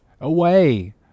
Away